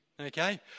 okay